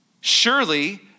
Surely